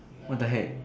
what the heck